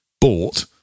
bought